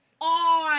on